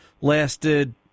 lasted